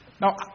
Now